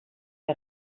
que